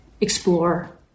explore